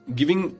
giving